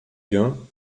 gains